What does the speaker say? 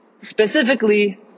specifically